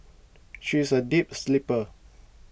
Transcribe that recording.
she is a deep sleeper